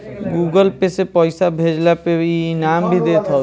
Google Pay से पईसा भेजला पे इ इनाम भी देत हवे